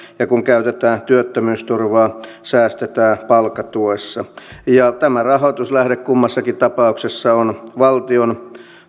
ja kun käytetään työttömyysturvaa säästetään palkkatuessa ja tämä rahoituslähde kummassakin tapauksessa on valtion